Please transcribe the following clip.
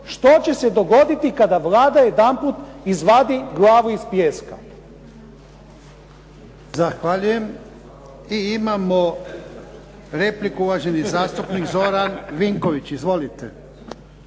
što će se dogoditi kada Vlada jedanput izvadi glavu iz pijeska. **Jarnjak, Ivan (HDZ)** Zahvaljujem. I imamo repliku, uvaženi zastupnik Zoran Vinković. Izvolite.